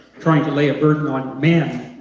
trying to lay a burden on men